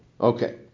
Okay